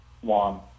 one